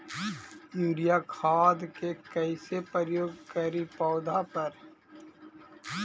Urea खाद के कैसे प्रयोग करि पौधा पर?